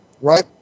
right